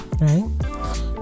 right